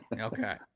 Okay